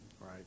right